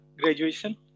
graduation